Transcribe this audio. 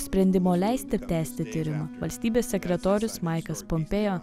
sprendimo leisti tęsti tyrimą valstybės sekretorius maiklas pompėjo